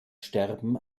sterben